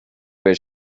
where